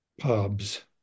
pubs